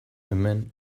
hemen